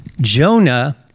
Jonah